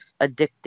addicting